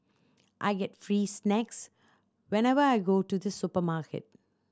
I get free snacks whenever I go to the supermarket